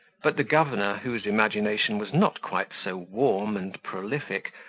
but the governor whose imagination was not quite so warm and prolific,